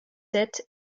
sept